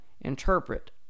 interpret